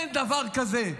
אין דבר כזה.